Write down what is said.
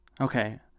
Okay